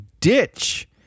ditch